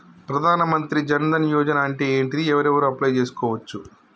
ప్రధాన మంత్రి జన్ ధన్ యోజన అంటే ఏంటిది? ఎవరెవరు అప్లయ్ చేస్కోవచ్చు?